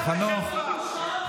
בושה וחרפה.